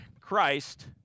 Christ